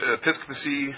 episcopacy